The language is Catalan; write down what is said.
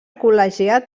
col·legiat